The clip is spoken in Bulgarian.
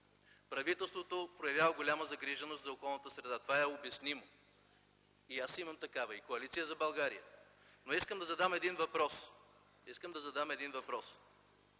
правителството проявява голяма загриженост за околната среда. Това е обяснимо. И аз имам такава, и Коалиция за България, но искам да задам един въпрос: колко милиона